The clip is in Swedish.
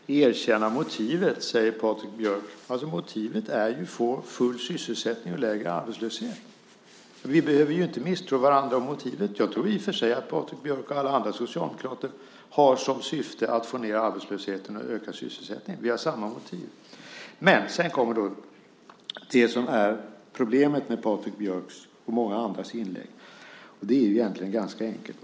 Fru talman! Erkänna motivet, säger Patrik Björck. Motivet är alltså att få full sysselsättning och lägre arbetslöshet. Vi behöver ju inte misstro varandra om motivet. Jag tror i och för sig att Patrik Björck och alla andra socialdemokrater har som syfte att få ned arbetslösheten och öka sysselsättningen. Vi har samma motiv. Men sedan kommer det som är problemet med Patrik Björcks och många andras inlägg. Det är egentligen ganska enkelt.